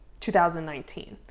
2019